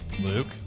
Luke